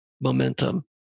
momentum